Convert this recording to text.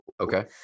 okay